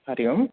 हरिः ओम्